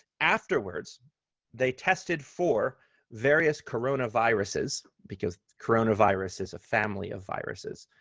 afterwards they tested for various coronaviruses because coronavirus is a family of viruses.